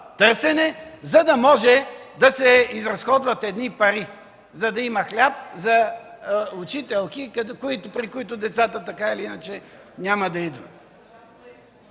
търсене, за да могат да се изразходват едни пари, за да има хляб за учителки, при които деца, така или иначе, няма да отидат.